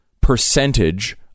percentage